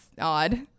odd